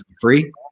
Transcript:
free